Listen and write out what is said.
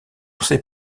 sait